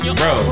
bro